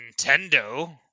Nintendo